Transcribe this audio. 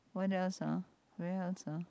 what else ah where else ah